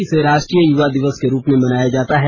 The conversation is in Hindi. इसे राष्ट्रीय युवा दिवस के रूप में मनाया जाता है